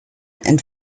and